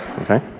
Okay